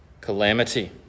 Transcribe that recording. calamity